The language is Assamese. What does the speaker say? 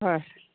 হয়